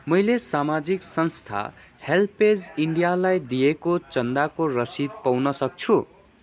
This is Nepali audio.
मैले सामाजिक संस्था हेल्प एज इन्डियालाई दिएको चन्दाको रसिद पाउन सक्छु